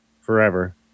forever